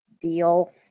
Deal